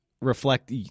reflect